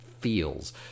feels